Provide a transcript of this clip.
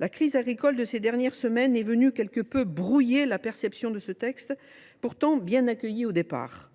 La crise agricole de ces dernières semaines est venue quelque peu brouiller la perception de ce texte, pourtant bien accueilli au départ.